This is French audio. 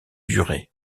duret